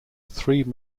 three